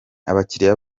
abakiriya